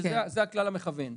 שזה הכלל המכוון.